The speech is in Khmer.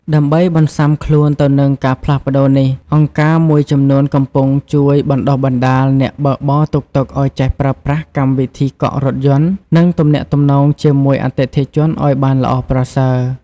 ដើម្បីបន្សាំខ្លួនទៅនឹងការផ្លាស់ប្ដូរនេះ អង្គការមួយចំនួនកំពុងជួយ បណ្ដុះបណ្ដាល អ្នកបើកបរតុកតុកឱ្យចេះប្រើប្រាស់កម្មវិធីកក់រថយន្ត និងទំនាក់ទំនងជាមួយអតិថិជនឱ្យបានល្អប្រសើរ។